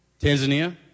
Tanzania